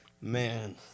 Man